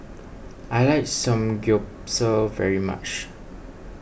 I like Samgyeopsal very much